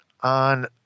On